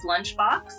Lunchbox